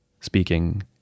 speaking